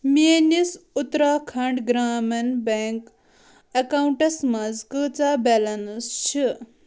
میٲنِس اُتراکھنٛڈ گرٛامیٖن بیٚنٛک اکاونٹَس منٛٛز کۭژاہ بیلنس چھ